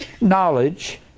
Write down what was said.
knowledge